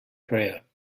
prayer